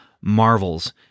Marvel's